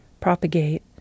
propagate